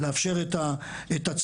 לאפשר את הצמיחה,